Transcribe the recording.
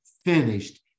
finished